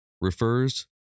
refers